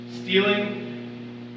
stealing